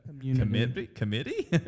committee